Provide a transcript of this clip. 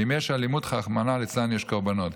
ואם יש אלימות, רחמנא ליצלן, יש קורבנות.